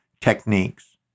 techniques